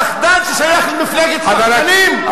פחדן ששייך למפלגת פחדנים.